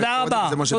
תודה רבה.